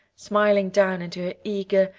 smiling down into her eager,